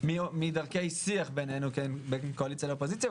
מדרכי שיח בינינו, בין קואליציה לאופוזיציה.